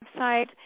website